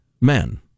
men